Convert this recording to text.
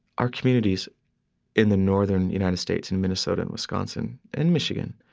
our communities in the northern united states in minnesota and wisconsin and michigan,